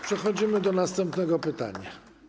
Przechodzimy do następnego pytania.